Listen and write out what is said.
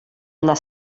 les